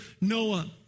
Noah